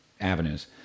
avenues